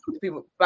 people